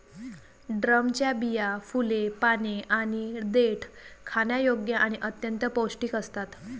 ड्रमच्या बिया, फुले, पाने आणि देठ खाण्यायोग्य आणि अत्यंत पौष्टिक असतात